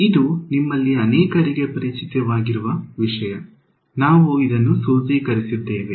ಇದು ನಿಮ್ಮಲ್ಲಿ ಅನೇಕರಿಗೆ ಪರಿಚಿತವಾಗಿರುವ ವಿಷಯ ನಾವು ಇದನ್ನು ಸೂತ್ರೀಕರಿಸುತ್ತೇವೆ